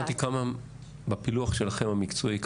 בפילוח שלכם המקצועי,